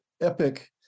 epic